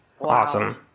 Awesome